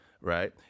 right